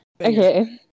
Okay